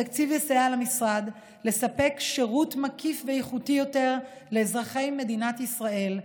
התקציב יסייע למשרד לספק שירות מקיף ואיכותי יותר לאזרחי ישראל,